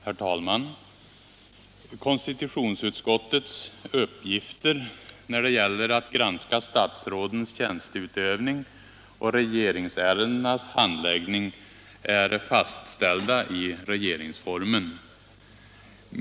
Herr talman! Konstitutionsutskottets uppgifter när det gäller att granska statsrådens tjänsteutövning och regeringsärendenas handläggning är fastställda i regeringsformen.